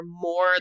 more